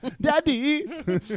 Daddy